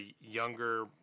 younger